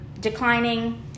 declining